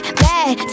bad